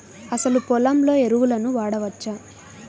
అసలు పొలంలో ఎరువులను వాడవచ్చా?